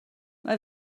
mae